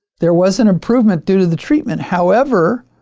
there wasn't improvement due to the treatment. however,